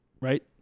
right